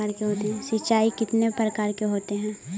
सिंचाई कितने प्रकार के होते हैं?